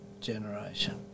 generation